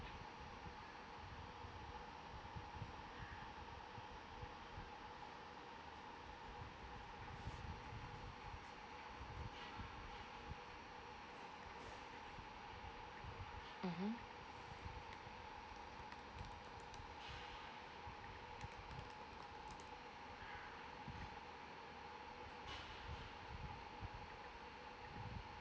mmhmm